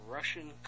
Russian